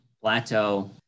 plateau